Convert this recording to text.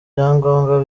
byangombwa